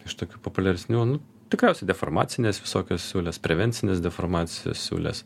iš tokių populiaresnių tikriausiai deformacinės visokios siūlės prevencines deformacijos siūles